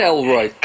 Elroy